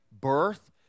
birth